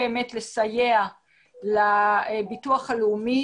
בהתאם למקדמות המס שהן הלכו ודיווחו עליהן.